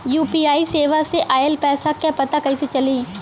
UPI सेवा से ऑयल पैसा क पता कइसे चली?